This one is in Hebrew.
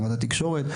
ברמת התקשורת.